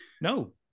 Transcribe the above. No